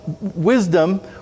wisdom